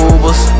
Ubers